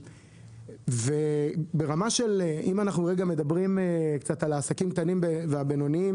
אם אנחנו קצת מדברים רגע על העסקים הקטנים והבינוניים